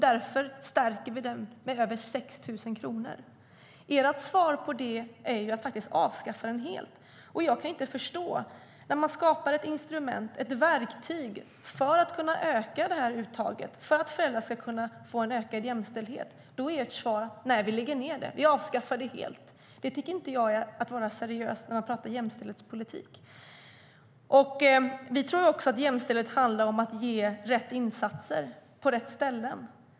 Därför stärker vi den med över 6 000 kronor. Vi tror att jämställdhet också handlar om att ge rätt insatser på rätt ställen.